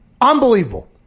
Unbelievable